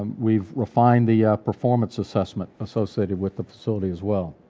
um we've refined the performance assessment associated with the facility as well,